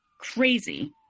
Crazy